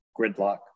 gridlock